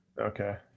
Okay